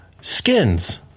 Skins